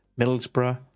Middlesbrough